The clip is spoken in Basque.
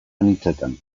anitzetan